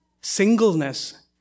singleness